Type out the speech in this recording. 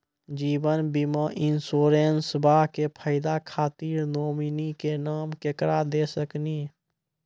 जीवन बीमा इंश्योरेंसबा के फायदा खातिर नोमिनी के नाम केकरा दे सकिनी?